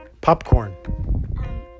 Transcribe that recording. Popcorn